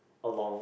along